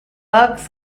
bugs